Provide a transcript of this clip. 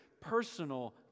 personal